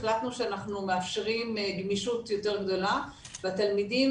החלטנו שאנחנו מאפשרים גמישות יותר גדולה והתלמידים